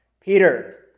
Peter